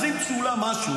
אז אם צולם משהו,